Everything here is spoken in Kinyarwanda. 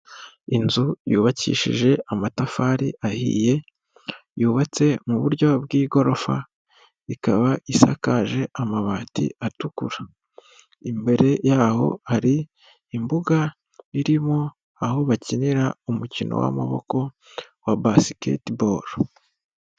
Inzu yubakishije amatafari ahiye, yubatse muburyo bw'igorofa, ikaba isakaje amabati atukura Imbere yaho hari imbuga irimo aho bakinira umukino wamaboko wa basketball.